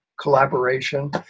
collaboration